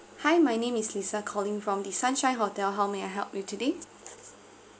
hi my name is lisa calling from the sunshine hotel how may I help you today